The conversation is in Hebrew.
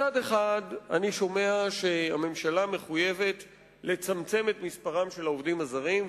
מצד אחד אני שומע שהממשלה מחויבת לצמצם את מספר העובדים הזרים,